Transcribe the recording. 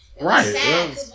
Right